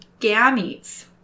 gametes